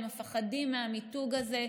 הם מפחדים מהמיתוג הזה,